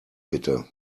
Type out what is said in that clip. bitte